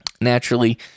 naturally